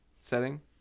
setting